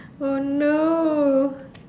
oh no